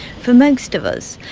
for most of us,